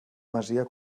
masia